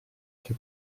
che